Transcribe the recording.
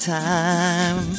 time